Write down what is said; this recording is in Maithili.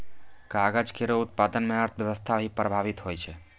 कागज केरो उत्पादन म अर्थव्यवस्था भी प्रभावित होय छै